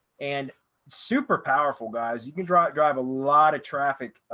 and super powerful guys, you can drive drive a lot of traffic,